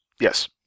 Yes